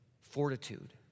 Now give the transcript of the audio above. fortitude